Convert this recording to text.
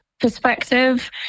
perspective